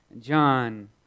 John